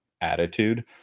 attitude